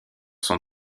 sont